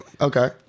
Okay